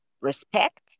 respect